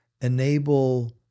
enable